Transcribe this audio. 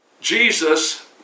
Jesus